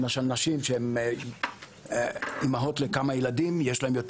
למשל נשים שהן אימהות לכמה ילדים,